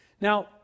Now